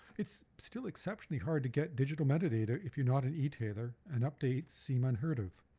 it's still exceptionally hard to get digital metadata if you're not an etailer and updates seem unheard of.